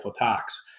attacks